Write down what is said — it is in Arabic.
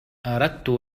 أردت